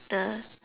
the